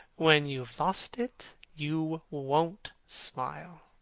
when you have lost it you won't smile.